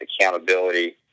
accountability